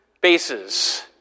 bases